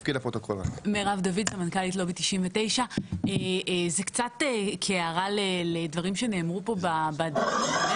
סמנכ"לית לובי 99. זאת קצת קערה לדברים שנאמרו פה בדיון.